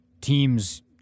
teams